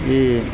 ഈ